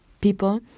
people